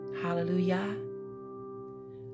Hallelujah